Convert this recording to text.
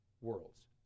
worlds